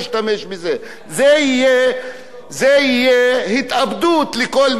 זו תהיה התאבדות לכל מי שהולך להשתמש.